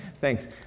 thanks